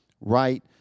right